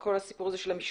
וכל הסיפור הזה של המשלוח,